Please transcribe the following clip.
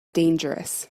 dangerous